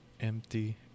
empty